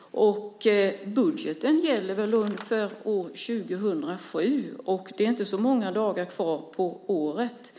och budgeten gäller väl för år 2007. Det är inte så många dagar kvar på året.